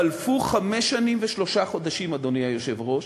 חלפו חמש שנים ושלושה חודשים, אדוני היושב-ראש,